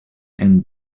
and